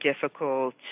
difficult